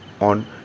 on